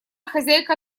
хозяйка